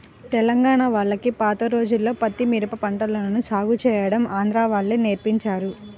తెలంగాణా వాళ్లకి పాత రోజుల్లో పత్తి, మిరప పంటలను సాగు చేయడం ఆంధ్రా వాళ్ళే నేర్పించారు